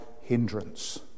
hindrance